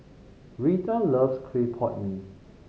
Retha loves clay pot mee